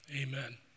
amen